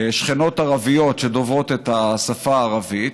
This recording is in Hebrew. שכנות ערביות שדוברות את השפה הערבית,